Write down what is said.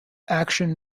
action